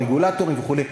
הרגולטורים וכו'.